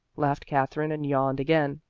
laughed katherine, and yawned again.